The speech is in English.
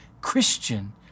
Christian